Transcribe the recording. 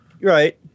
Right